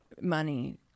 money